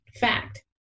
fact